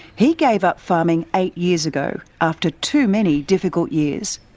he gave up farming eight years ago after too many difficult years.